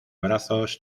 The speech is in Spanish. brazos